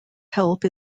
help